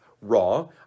raw